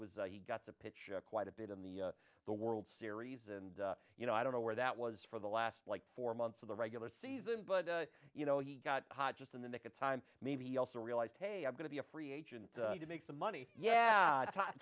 was he gets a pitch quite a bit in the the world series and you know i don't know where that was for the last like four months of the regular season but you know he got hot just in the nick of time maybe also realized hey i'm going to be a free agent to make some money yeah